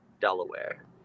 Delaware